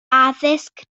addysg